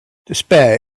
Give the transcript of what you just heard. despair